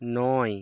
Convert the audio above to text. নয়